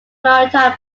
maritime